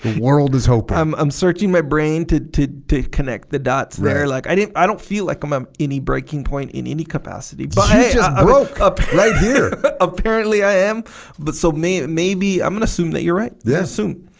world is hoping i'm i'm searching my brain to to to connect the dots they're like i didn't i don't feel like i'm i'm any breaking point in any capacity but i yeah just broke up right here but apparently i am but so may maybe i'm gonna assume that you're right yeah soon